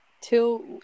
till